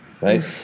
right